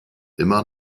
immer